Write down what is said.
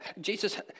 Jesus